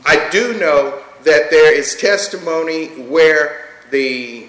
i do know that there is testimony where the